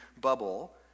bubble